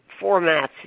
formats –